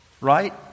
Right